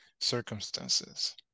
circumstances